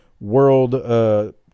world –